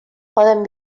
poden